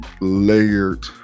layered